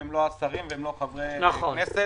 הם לא השרים ולא חברי הכנסת.